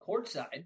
courtside